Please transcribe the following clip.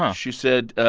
um she said,